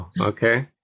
okay